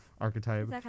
archetype